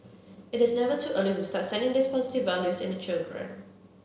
it is never too early to start seeding these positive values in the children